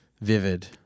vivid